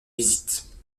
visite